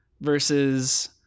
versus